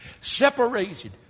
Separated